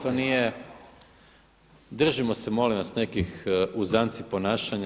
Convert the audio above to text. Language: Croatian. To nije, držimo se molim vas nekih uzanci ponašanja.